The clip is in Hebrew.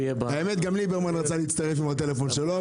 גם ליברמן רצה להצטרף עם הטלפון שלו,